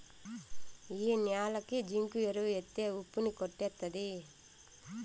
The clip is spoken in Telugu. ఈ న్యాలకి జింకు ఎరువు ఎత్తే ఉప్పు ని కొట్టేత్తది